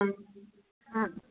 ꯎꯝ